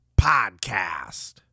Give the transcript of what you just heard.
Podcast